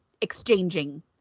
exchanging